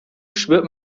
spürt